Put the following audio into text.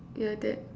yeah that